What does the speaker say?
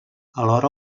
alhora